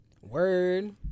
Word